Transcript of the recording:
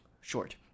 short